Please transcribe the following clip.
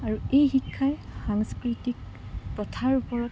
আৰু এই শিক্ষাই সাংস্কৃতিক প্ৰথাৰ ওপৰত